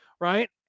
right